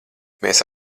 mēs